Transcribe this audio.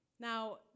Now